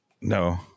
No